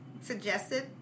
suggested